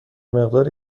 مقدار